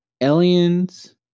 aliens